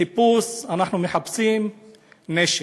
חיפוש, אנחנו מחפשים נשק.